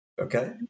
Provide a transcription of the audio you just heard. okay